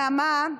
נעמה,